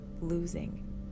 losing